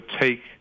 take